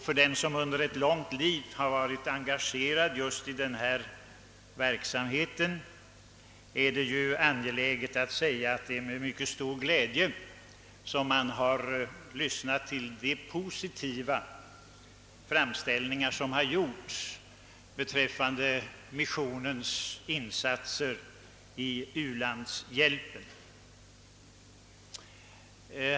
För den som under ett långt liv varit engagerad just i den verksamheten har det varit en stor glädje att lyssna till de positiva framställningarna av missionens insatser i ulandshjälpen.